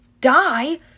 die